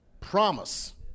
Promise